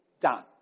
done